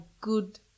good